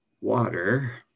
water